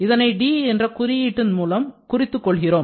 இதனை d என்ற குறியீட்டின் மூலம் குறித்துக் கொள்கிறோம்